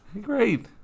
Great